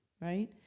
right